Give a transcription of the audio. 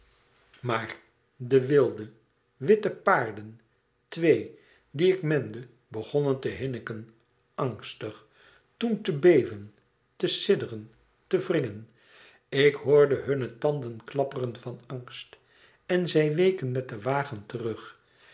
maar de wilde witte paarden twee die ik mende begonnen te hinniken angstig toen te beven te sidderen te wringen ik hoorde hunne tanden klapperen van angst en zij weken met den wagen terug